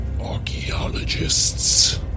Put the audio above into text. archaeologists